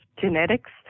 genetics